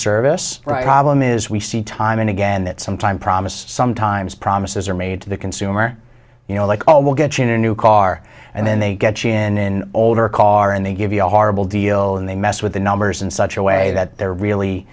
is we see time and again that sometime promise sometimes promises are made to the consumer you know like oh we'll get chain a new car and then they get in older car and they give you a horrible deal and they mess with the numbers in such a way that they're really